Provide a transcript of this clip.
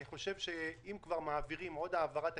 אני חושב שאם כבר מעבירים עוד העברה תקציבית,